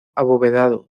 abovedado